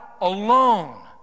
alone